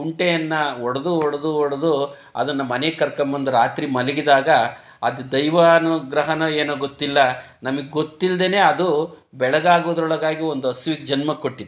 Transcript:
ಕುಂಟೆಯನ್ನು ಹೊಡ್ಡು ಹೊಡ್ಡು ಹೊಡ್ಡು ಅದನ್ನ ಮನೆಗೆ ಕರ್ಕಂಬಂದು ರಾತ್ರಿ ಮಲಗಿದಾಗ ಅದು ದೈವಾನುಗ್ರಹನೋ ಏನೋ ಗೊತ್ತಿಲ್ಲ ನಮಗೆ ಗೊತ್ತಿಲ್ಲದೆನೆ ಅದು ಬೆಳಗಾಗೋದ್ರೊಳಗಾಗಿ ಒಂದು ಹಸುವಿಗೆ ಜನ್ಮ ಕೊಟ್ಟಿತ್ತು